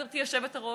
גברתי היושבת-ראש,